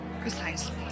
Precisely